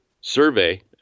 survey